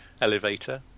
elevator